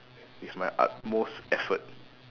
with my utmost effort